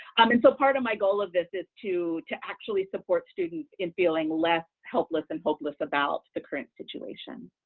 um and so part of my goal of this is to to actually support students in feeling less helpless and hopeless about the current situation.